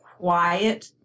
quiet